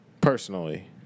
Personally